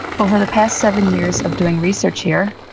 over the past seven years of doing research here,